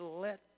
let